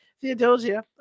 Theodosia